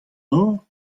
nor